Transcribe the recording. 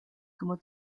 como